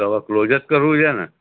તો હવે ક્લોઝ જ કરવું છે ને